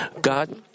God